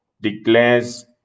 declares